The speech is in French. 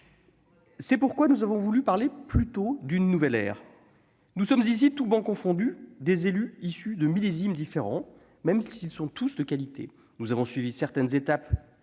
C'est pourquoi nous avons choisi de parler d'une nouvelle ère. Nous sommes ici, toutes travées confondues, des élus issus de millésimes différents, même s'ils sont tous de qualité. Nous avons suivi certaines étapes